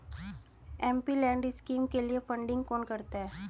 MPLAD scheme के लिए funding कौन करता है?